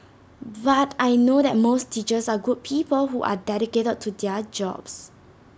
but I know that most teachers are good people who are dedicated to their jobs